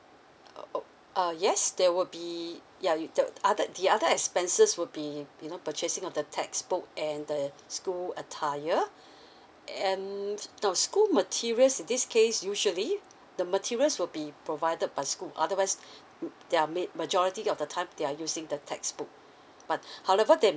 oh uh yes there will be ya you that other the other expenses will be you know purchasing of the textbook and the school attire and now school materials in this case usually the materials will be provided by school otherwise ma~ there are ma~ majority of the time they are using the textbook but however there